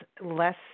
less